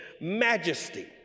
majesty